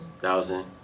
thousand